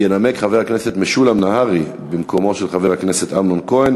ינמק חבר הכנסת משולם נהרי במקום חבר הכנסת אמנון כהן.